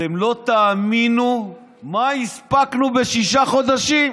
אתם לא תאמינו מה הספקנו בשישה חודשים.